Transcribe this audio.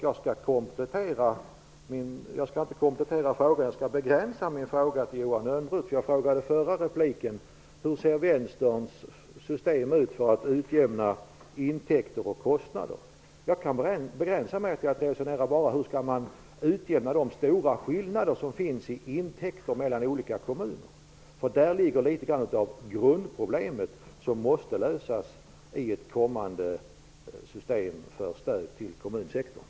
Jag skall begränsa min fråga till Johan Lönnroth. I min förra replik frågade jag Johan Lönnroth hur Vänsterns system för att utjämna intäkter och kostnader ser ut. Jag kan begränsa mig till att fråga: Hur skall man utjämna de stora skillnaderna i intäkter mellan olika kommuner? Där ligger litet av det grundproblem som måste lösas i ett kommande system för stöd till kommunsektorn.